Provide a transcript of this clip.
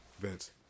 Vince